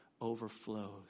overflows